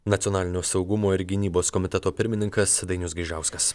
nacionalinio saugumo ir gynybos komiteto pirmininkas dainius gaižauskas